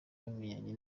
bameranye